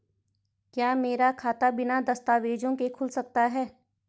क्या मेरा खाता बिना दस्तावेज़ों के खुल सकता है?